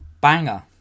banger